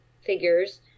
figures